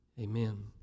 Amen